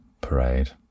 parade